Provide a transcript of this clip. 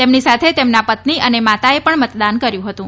તેમની સાથે તેમના પત્ની અને માતાએ પણ મતદાન કર્યું હતું